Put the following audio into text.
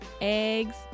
Eggs